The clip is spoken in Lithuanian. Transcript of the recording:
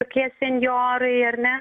tokie senjorai ar ne